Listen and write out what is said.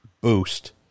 boost